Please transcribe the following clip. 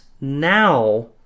now